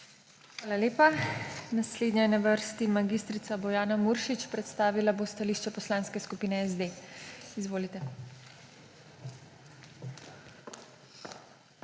Hvala lepa. Naslednja je na vrsti mag. Bojana Muršič, predstavila bo stališče poslanske skupine SD. Izvolite.